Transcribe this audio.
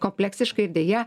kompleksiškai deja